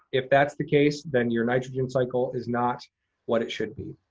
if that's the case, then your nitrogen cycle is not what it should be.